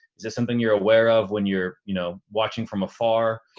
is this something you're aware of when you're you know watching from afar.